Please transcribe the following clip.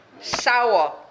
sour